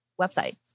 websites